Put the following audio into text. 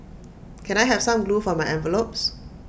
can I have some glue for my envelopes